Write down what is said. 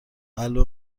قلب